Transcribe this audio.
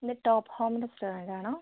ഇത് top home restaurant ആണോ